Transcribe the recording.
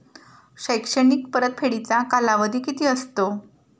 शैक्षणिक परतफेडीचा कालावधी किती असतो?